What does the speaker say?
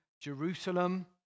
Jerusalem